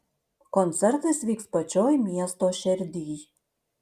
koncertas vyks pačioj miesto šerdyj